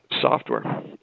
Software